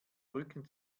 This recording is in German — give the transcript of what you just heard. rücken